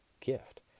gift